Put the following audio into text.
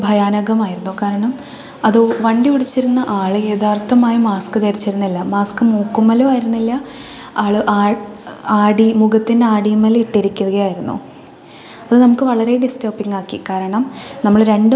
ഭയാനകമായിരുന്നു കാരണം അത് വണ്ടി ഓടിച്ചിരുന്ന ആൾ യാഥാർത്ഥമായും മാസ്ക് ധരിച്ചിരുന്നില്ല മാസ്ക് മൂക്കിനു മേൽ വരുന്നില്ല ആൾ ആൾ അടി മുഖത്തിന്നടിമ്മേൽ ഇട്ടിരിക്കുകയയായിരുന്നു അത് നമുക്ക് വളരെ ഡിസ്റ്റർബിങ് ആക്കി കാരണം നമ്മൾ രണ്ട്